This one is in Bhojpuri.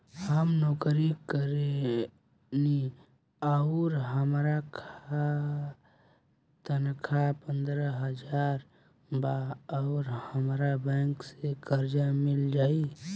हम नौकरी करेनी आउर हमार तनख़ाह पंद्रह हज़ार बा और हमरा बैंक से कर्जा मिल जायी?